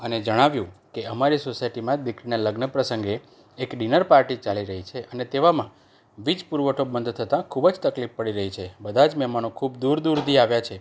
અને જણાવ્યું કે અમારી સોસાયટીમાં જ દીકરીના લગ્ન પ્રસંગે એક ડિનર પાર્ટી ચાલી રહી છે અને તેવામાં વીજ પુરવઠો બંધ થતાં ખૂબ જ તકલીફ પડી રહી છે બધા જ મહેમાનો ખૂબ દૂર દૂરથી આવ્યા છે